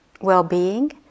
well-being